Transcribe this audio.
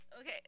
okay